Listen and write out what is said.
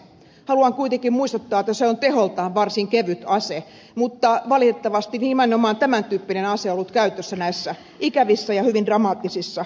haluan kuitenkin muistuttaa että se on teholtaan varsin kevyt ase mutta valitettavasti nimenomaan tämän tyyppinen ase on ollut käytössä näissä ikävissä ja hyvin dramaattisissa koulusurmissa